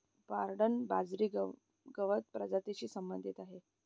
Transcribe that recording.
Bernard बाजरी गवत प्रजातीशी संबंधित आहे